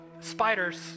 spiders